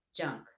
junk